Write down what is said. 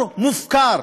מופקרים